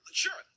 sure